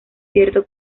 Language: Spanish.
cierto